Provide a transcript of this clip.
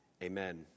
Amen